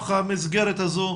המסגרת הזו.